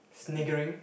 sniggering